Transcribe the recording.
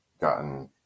gotten